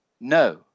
no